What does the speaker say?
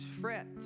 fret